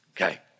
Okay